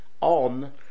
on